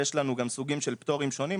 יש כמה מדרגים ויש לנו גם סוגים של פטורים שונים.